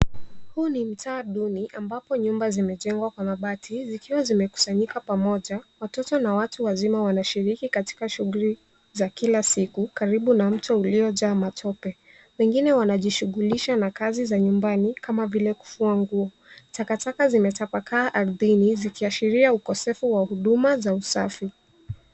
Huu ni mtaa duni ambapo nyumba zimejengwa kwa mabati. Zikiwa zimekusanyika pamoja, watoto na watu wazima wanashiriki katika shughuli za kila siku karibu na mto uliojaa matope. Wengine wanajihusisha na kazi za nyumbani kama vile kufua nguo. Takataka zimesambaa kila mahali zikionyesha ukosefu wa huduma za usafi.